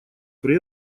при